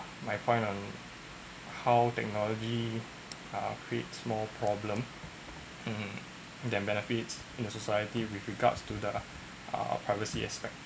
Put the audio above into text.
my point on how technology uh creates more problem um than benefits in a society with regards to the uh privacy aspect